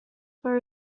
far